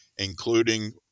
including